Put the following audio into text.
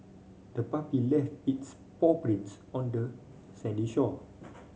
the puppy left its paw prints on the sandy shore